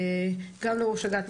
גם לראש אג"ת,